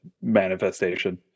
manifestation